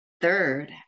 Third